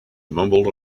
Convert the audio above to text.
mumbled